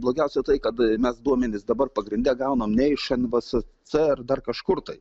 blogiausia tai kad mes duomenis dabar pagrinde gaunam ne iš nvsc ar dar kažkur tai